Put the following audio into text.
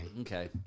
Okay